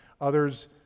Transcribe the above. Others